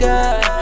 God